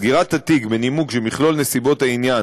סגירת התיק בנימוק שמכלול נסיבות העניין